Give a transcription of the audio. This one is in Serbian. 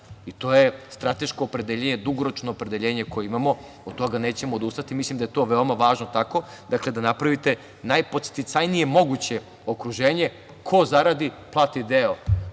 To je strateško opredeljenje, dugoročno opredeljenje koje imamo i od toga nećemo odustati. Mislim da je to veoma važno tako, dakle, da napravite najpodsticajnije moguće okruženje. Ko zaradi, taj plati deo